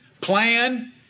plan